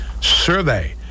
Survey